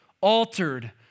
altered